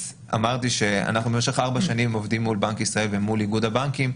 אז אמרתי שאנחנו במשך 4 שנים עובדים מול בנק ישראל ומול איגוד הבנקים,